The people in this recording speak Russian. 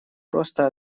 просто